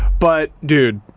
but dude.